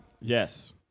Yes